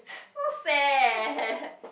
not fair